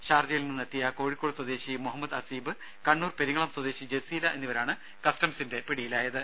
ഷാർജയിൽ നിന്നെത്തിയ കോഴിക്കോട് സ്വദേശി മുഹമ്മദ് അസീബ് കണ്ണൂർ പെരിങ്ങളം സ്വദേശി ജസീല എന്നിവരാണ് കസ്റ്റംസിന്റെ പിടിയിലായത്